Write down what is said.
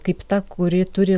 kaip ta kuri turi